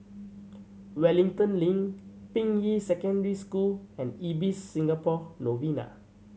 Wellington Link Ping Yi Secondary School and Ibis Singapore Novena